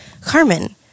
Carmen